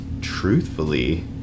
truthfully